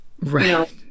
Right